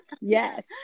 yes